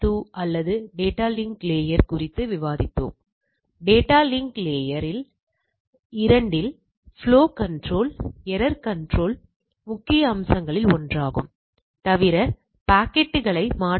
முகேஷ் டோப்லே உயிரித்தொழில்நுட்பவியல் துறை இந்தியத் தொழில்நுட்பநிறுவனம் மெட்ராஸ் விரிவுரை - 22 X2 டிஸ்ட்ரிப்யுஷன் டெஸ்ட் உயிர்புள்ளியியல் மற்றும் சோதனைகளின் வடிவமைப்பு குறித்த பாடத்திற்கு வருக